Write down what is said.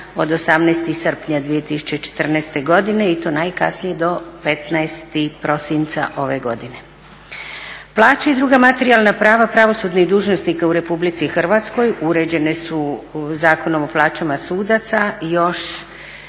od 18. srpnja 2014. godine i to najkasnije do 15. prosinca ove godine. Plaće i druga materijalna prava pravosudnih dužnosnika u Republici Hrvatskoj uređene su Zakonom o plaćama sudaca još